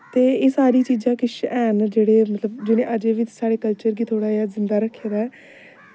ते एह् सारी चीजां किश हैन जेह्ड़े मतलव जि'ने अजें बी साढ़े कल्चर गी थोह्ड़ा जेहा जिन्दा रक्खे दा ऐ